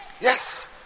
Yes